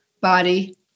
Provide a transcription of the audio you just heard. body